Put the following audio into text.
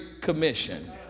commission